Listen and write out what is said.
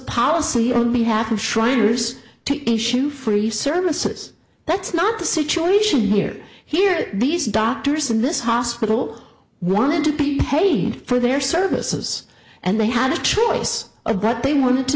policy on behalf of shriners to issue free services that's not the situation here here these doctors in this hospital wanted to be paid for their services and they had a choice of that they wanted to